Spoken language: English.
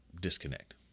disconnect